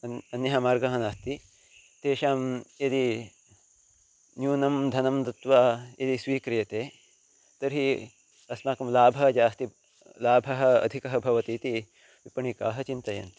अन्यः अन्यः मार्गः नास्ति तेषां यदि न्यूनं धनं दत्वा यदि स्वीक्रियते तर्हि अस्माकं लाभः जास्ति लाभः अधिकः भवति इति विपणिकाः चिन्तयन्ति